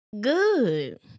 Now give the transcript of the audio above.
good